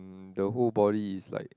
the whole body is like